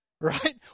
Right